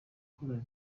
akora